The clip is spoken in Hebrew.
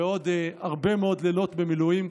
ועוד הרבה מאוד לילות במילואים.